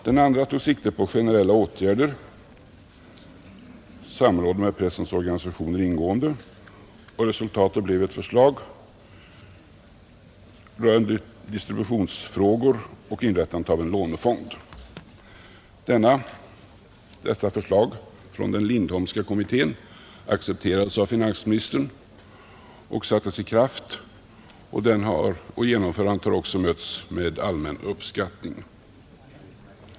Den andra tog sikte på generella åtgärder under ingående samråd med pressens organisationer, och resultatet blev ett förslag rörande distributionsfrågor och inrättandet av en lånefond. Detta förslag från den Lindholmska kommittén accepterades av finansministern och sattes i kraft, och genomförandet har också mötts med allmän uppskattning.